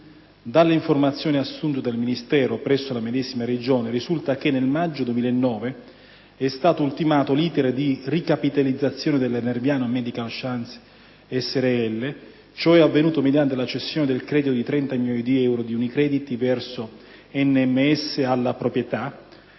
Dalle informazioni assunte dal Ministero presso la medesima Regione risulta che, nel maggio 2009, è stato ultimato l'*iter* di ricapitalizzazione della Nerviano Medical Sciences (NMS) srl. Ciò è avvenuto mediante la cessione del credito, di 30 milioni di euro, di Unicredit verso NMS alla proprietà,